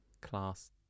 class